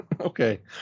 Okay